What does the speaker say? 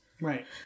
Right